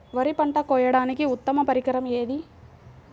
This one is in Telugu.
వరి పంట కోయడానికి ఉత్తమ పరికరం ఏది?